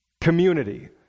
community